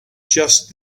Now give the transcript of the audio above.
just